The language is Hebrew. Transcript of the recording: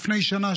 לפני שנה,